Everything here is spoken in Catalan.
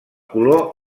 color